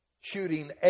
shooting